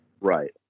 Right